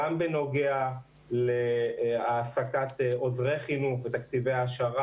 גם בנוגע להעסקת עוזרי חינוך בתקציבי העשרה